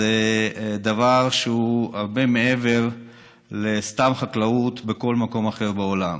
הן דבר שהוא הרבה מעבר לסתם חקלאות בכל מקום בעולם.